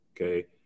Okay